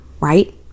right